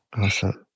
Awesome